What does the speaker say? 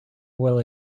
will